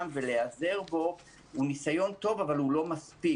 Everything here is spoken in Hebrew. ולהיעזר בו הוא ניסיון טוב אבל לא מספיק.